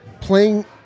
playing